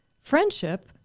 friendship